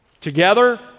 together